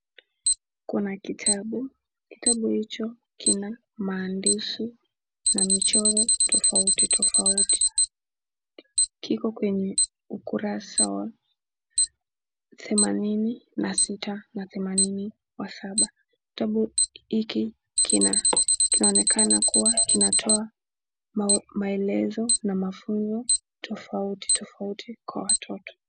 Kuna kitabu, kitabu hicho kina maandishi na michoro tofauti tofauti. Kiko kwenye ukurasa wa themanini na sita na themanini na saba. Kitabu hiki kinaonekana kuwa kinatoa maelezo na mafunzo tofauti tofauti kwa watoto.